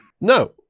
No